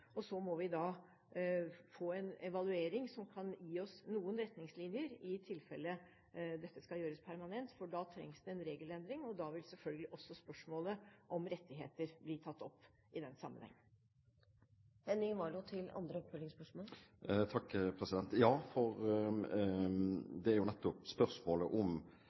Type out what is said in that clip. få en evaluering som kan gi oss noen retningslinjer i tilfelle dette skal gjøres permanent, for da trengs det en regelendring, og da vil selvfølgelig også spørsmålet om rettigheter bli tatt opp i den sammenheng. Ja, for det er nettopp spørsmålet om rettighetene til treårig opplæring som er brukt som argument for